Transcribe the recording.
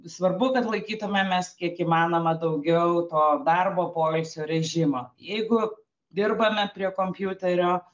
svarbu kad laikytumėmės kiek įmanoma daugiau to darbo poilsio režimo jeigu dirbame prie kompiuterio